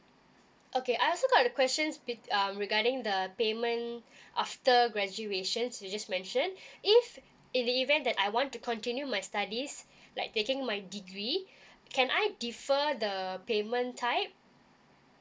okay I also got the questions be~ um regarding the payment after graduations you just mention if in the event that I want to continue my studies like taking my degree can I defer the payment type